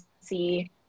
see